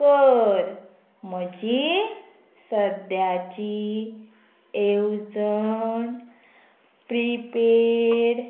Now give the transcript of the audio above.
कर म्हजी सद्याची येवजण प्रिपेड